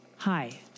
hi